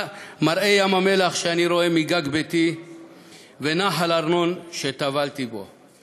מראה ים-המלח שאני רואה מגג ביתי ונחל ארנון שטבלתי בו.